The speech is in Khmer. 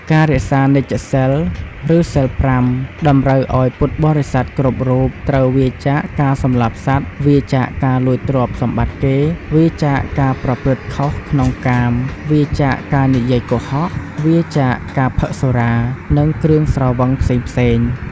ការរក្សានិច្ចសីល ឬសីល ៥ តម្រូវឲ្យពុទ្ធបរិស័ទគ្រប់រូបត្រូវ វៀរចាកការសម្លាប់សត្វ វៀរចាកការលួចទ្រព្យសម្បត្តិគេ វៀរចាកការប្រព្រឹត្តខុសក្នុងកាម វៀរចាកការនិយាយកុហក វៀរចាកការផឹកសុរា និងគ្រឿងស្រវឹងផ្សេងៗ។